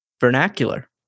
Vernacular